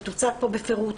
שתוצג פה בפירוט,